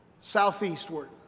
southeastward